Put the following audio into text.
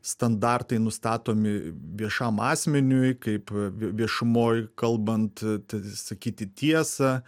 standartai nustatomi viešam asmeniui kaip viešumoj kalbant sakyti tiesą